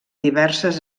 diverses